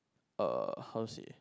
uh how to say